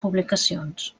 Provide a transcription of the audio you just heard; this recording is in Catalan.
publicacions